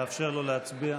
לאפשר לו להצביע.